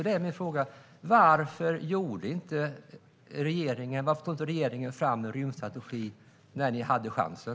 Då är min fråga: Varför tog inte dåvarande regering fram en rymdstrategi när man hade chansen?